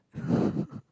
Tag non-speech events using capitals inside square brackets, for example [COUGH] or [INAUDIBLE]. [BREATH]